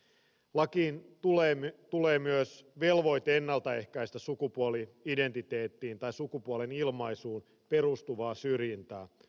lakiin tulee myös velvoite ennalta ehkäistä sukupuoli identiteettiin tai sukupuolen ilmaisuun perustuvaa syrjintää